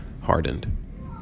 hardened